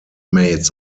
mates